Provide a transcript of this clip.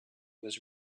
was